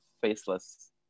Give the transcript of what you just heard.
faceless